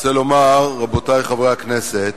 אני רוצה לומר, רבותי חברי הכנסת,